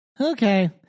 okay